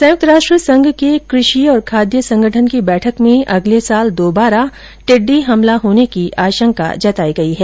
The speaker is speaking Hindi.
संयुक्त राष्ट्र संघ के कृषि और खाद्य संगठन की बैठक में अगले साल दोबारा टिड्डी हमला होने की आशंका जताई है